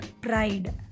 pride